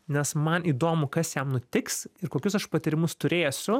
nes man įdomu kas jam nutiks ir kokius aš patyrimus turėsiu